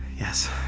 yes